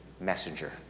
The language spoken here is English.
Messenger